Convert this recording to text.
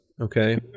okay